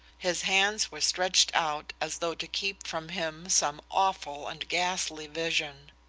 his hands were stretched out as though to keep from him some awful and ghastly vision.